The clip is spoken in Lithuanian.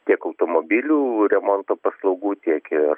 tiek automobilių remonto paslaugų tiek ir